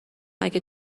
اگه